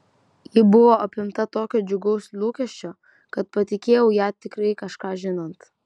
ji buvo apimta tokio džiugaus lūkesčio kad patikėjau ją tikrai kažką žinant